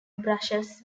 brushes